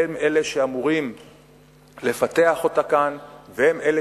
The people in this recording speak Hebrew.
הם אלה שאמורים לפתח אותה כאן והם אלה